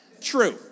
True